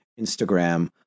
Instagram